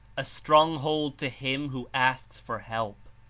a strong hold to him who asks for help,